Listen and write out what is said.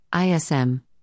ISM